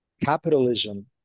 capitalism